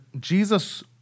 Jesus